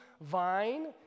vine